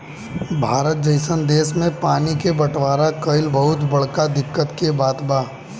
भारत जइसन देश मे पानी के बटवारा कइल बहुत बड़का दिक्कत के बात बा